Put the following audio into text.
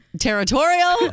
territorial